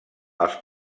els